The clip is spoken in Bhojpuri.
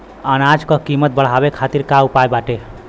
अनाज क कीमत बढ़ावे खातिर का उपाय बाटे?